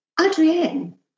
Adrienne